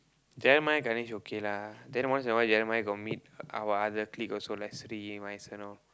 Jeremiah Ganesh okay lah then once in a while Jeremiah got meet our other clique also all